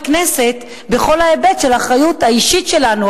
כנסת בכל ההיבט של האחריות האישית שלנו,